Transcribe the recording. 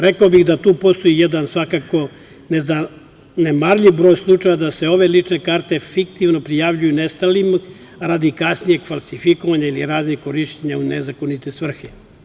Rekao bih da tu postoji jedan svakako nezanemarljiv broj slučajeva da se ove lične karte fiktivno prijavljuju nestalim radi kasnijeg falsifikovanja ili korišćenja u nezakonite svrhe.